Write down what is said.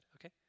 okay